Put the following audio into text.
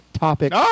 topic